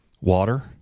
Water